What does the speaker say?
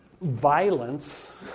violence